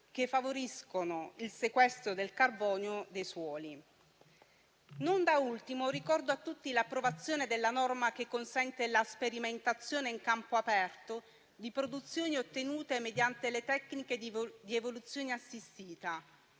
che favoriscono il sequestro del carbonio dei suoli. Non da ultimo, ricordo a tutti l'approvazione della norma che consente la sperimentazione in campo aperto di produzioni ottenute mediante le tecniche di evoluzione assistita,